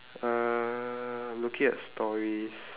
uh I'm looking at stories